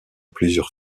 plusieurs